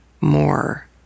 more